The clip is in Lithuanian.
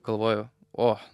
galvoju o